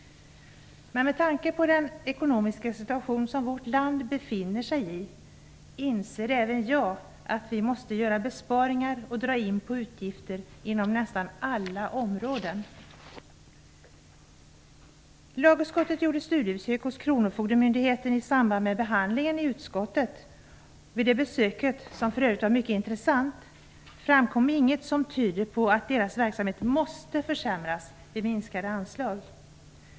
Men med tanke på den ekonomiska situation som vårt land befinner sig i inser även jag att vi måste göra besparingar och dra in på utgifter inom nästan alla områden. Lagutskottet gjorde studiebesök hos kronofogdemyndigheten i samband med behandlingen i utskottet. Vid det besöket, som för övrigt var mycket intressant, framkom inget som tyder på att deras verksamhet måste försämras vid minskade anslag.